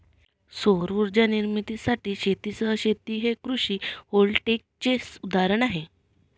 सौर उर्जा निर्मितीसाठी शेतीसह शेती हे कृषी व्होल्टेईकचे उदाहरण आहे